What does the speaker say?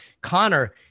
Connor